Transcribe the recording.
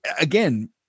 again